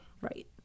Right